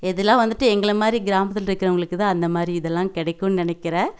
இதலாம் வந்துட்டு எங்களை மாதிரி கிராமத்தில்ருக்கறவங்களுக்கு தான் அந்த மாதிரி இதெல்லாம் கிடைக்கும் நினைக்கிறேன்